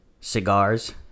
Cigars